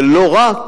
ולא רק,